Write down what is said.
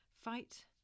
fight